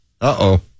Uh-oh